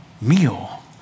meal